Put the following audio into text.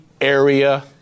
area